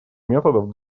методов